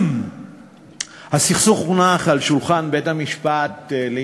התשנ"ט 1998,